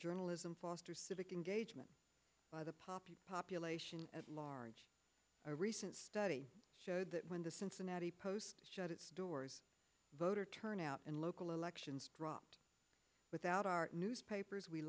journalism fosters civic engagement by the poppy population at large a recent study showed that when the cincinnati post shut its doors voter turnout and local elections dropped without our newspapers we